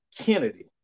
Kennedy